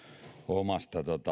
oman